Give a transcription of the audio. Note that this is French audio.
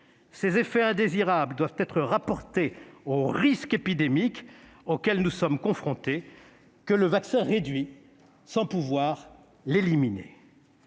Ses effets indésirables doivent être rapportés au risque épidémique auquel nous sommes confrontés, que le vaccin réduit sans pouvoir l'éliminer.